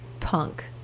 punk